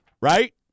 Right